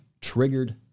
Triggered